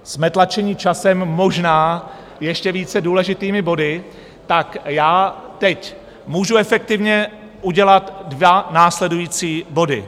Jsme tlačeni časem, možná ještě více důležitými body, tak teď můžu efektivně udělat dva následující body.